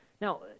Now